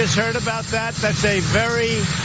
heard about that. that's a very